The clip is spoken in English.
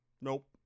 nope